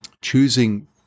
choosing